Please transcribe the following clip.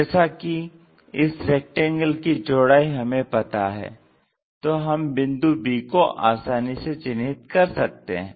जैसा कि इस रेक्टेंगल की चौड़ाई हमें पता है तो हम बिंदु b को आसानी से चिन्हित कर सकते हैं